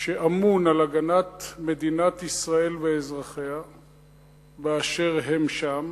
שאמון על הגנת מדינת ישראל ואזרחיה באשר הם שם,